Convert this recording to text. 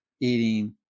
eating